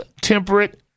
temperate